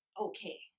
okay